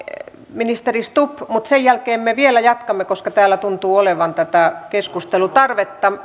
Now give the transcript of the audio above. ministeri stubb mutta sen jälkeen me vielä jatkamme koska täällä tuntuu olevan tätä keskustelutarvetta